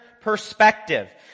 perspective